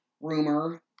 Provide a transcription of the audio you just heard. rumor